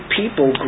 people